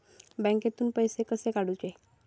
बँकेतून पैसे कसे काढूचे?